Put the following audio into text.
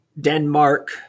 Denmark